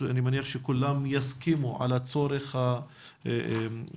אני מניח שכולם יסכימו על הצורך המקצועי,